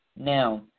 now